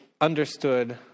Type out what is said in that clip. understood